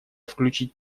включить